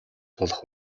болох